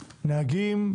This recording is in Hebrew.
נהגים,